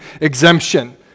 exemption